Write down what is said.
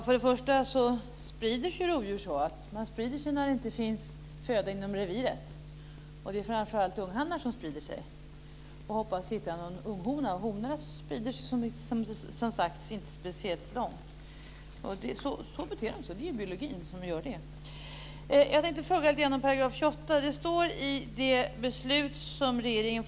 Fru talman! Rovdjur sprider sig när det inte finns föda inom reviret. Det är framför allt unghanar som sprider sig, som hoppas att hitta någon unghona. Honorna sprider sig, som sagt, inte speciellt långt. Så beter de sig. Det är biologin som gör det. Jag tänkte fråga lite grann om 28 §.